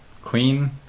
clean